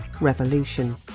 revolution